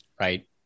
Right